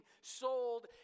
sold